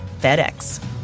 FedEx